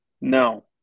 No